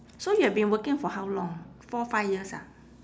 so you have been working for how long four five years ah